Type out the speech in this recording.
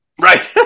Right